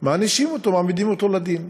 מענישים אותו, מעמידים אותו לדין.